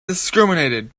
discriminated